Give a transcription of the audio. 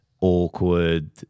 awkward